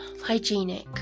hygienic